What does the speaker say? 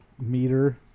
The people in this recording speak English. meter